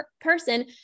person